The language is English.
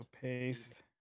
Paste